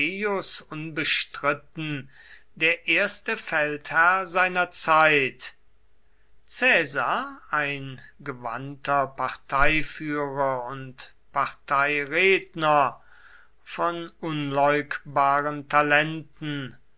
unbestritten der erste feldherr seiner zeit caesar ein gewandter parteiführer und parteiredner von unleugbaren talenten